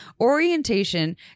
orientation